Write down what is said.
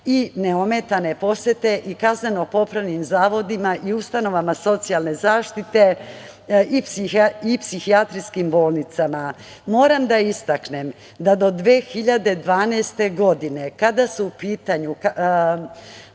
i neometane posete i kazneno-popravnim zavodima i ustanovama socijalne zaštite i psihijatrijskim bolnicama. Moram da istaknem da su do 2012. godine, kada je u pitanju